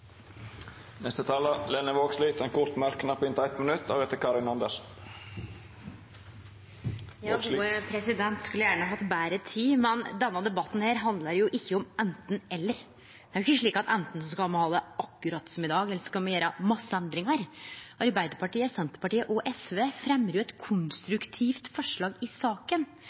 Lene Vågslid har hatt ordet to gonger tidlegare og får ordet til ein kort merknad på inntil 1 minutt. Eg skulle gjerne hatt betre tid. Denne debatten handlar jo ikkje om enten–eller. Det er ikkje slik at enten skal me ha det akkurat som i dag, eller så skal me gjere masse endringar. Arbeidarpartiet, Senterpartiet og SV fremjar jo eit konstruktivt forslag